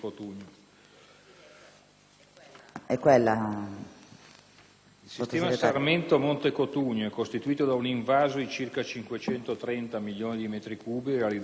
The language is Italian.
II sistema Sarmento-Monte Cotugno è costituito da un invaso di circa 530 milioni di metri cubi realizzato sul fiume Sinni